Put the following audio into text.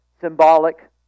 symbolic